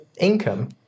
income